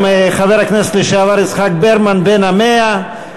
חבר הכנסת לשעבר יצחק ברמן בן ה-100,